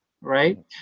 right